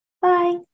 Bye